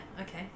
okay